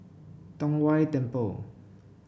Tong Whye Temple